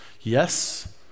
Yes